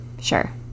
sure